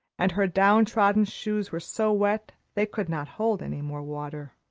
and her down-trodden shoes were so wet they could not hold any more water.